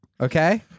Okay